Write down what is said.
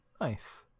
Nice